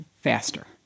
faster